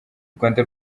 rwanda